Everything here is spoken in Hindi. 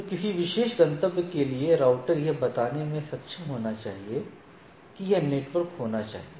तो किसी विशेष गंतव्य के लिए राउटर यह बताने में सक्षम होना चाहिए कि यह नेटवर्क होना चाहिए